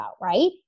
right